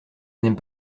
n’aime